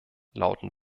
lauten